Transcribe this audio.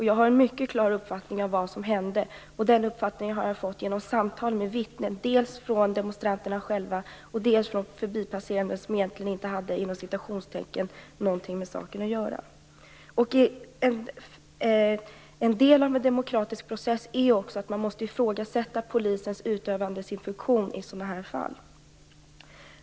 Jag har en mycket klar uppfattning om vad som hände, och den har jag fått genom samtal med vittnen - dels demonstranterna själva, dels förbipasserande som egentligen inte hade "någonting med saken att göra". En del av en demokratisk process är också att man måste ifrågasätta polisens utövande av sin funktion i sådana här fall.